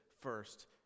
first